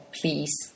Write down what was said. please